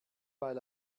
weil